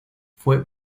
fue